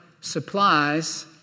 supplies